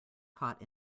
caught